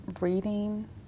reading